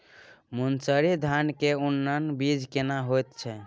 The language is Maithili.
मन्सूरी धान के उन्नत बीज केना होयत छै?